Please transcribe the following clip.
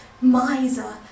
miser